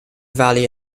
valley